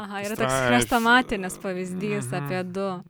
aha yra toks chrestomatinis pavyzdys apie du